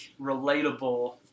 relatable